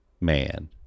man